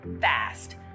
fast